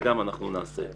גם את זה אנחנו נעשה.